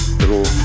little